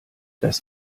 dass